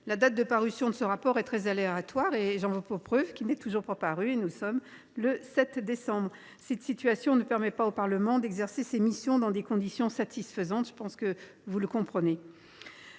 la date de parution de ce rapport est très aléatoire : j’en veux pour preuve qu’il n’est toujours pas paru, alors que nous sommes le 7 décembre. Cette situation ne permet pas au Parlement d’exercer ses missions dans des conditions satisfaisantes. Je pense que vous en conviendrez.